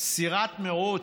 סירת מרוץ,